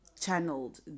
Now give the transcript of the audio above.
channeled